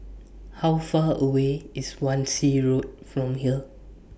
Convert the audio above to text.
How Far away IS Wan Shih Road from here